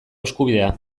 eskubidea